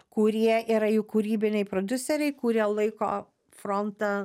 kurie yra jų kūrybiniai prodiuseriai kurie laiko frontą